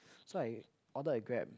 so I ordered a Grab